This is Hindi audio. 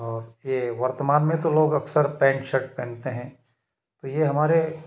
और ये वर्तमान में तो लोग अक्सर पैंट शर्ट पहनते हैं ये हमारी